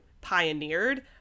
pioneered